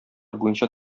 буенча